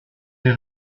des